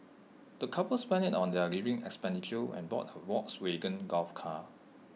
the couple spent IT on their living expenditure and bought A Volkswagen golf car